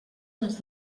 les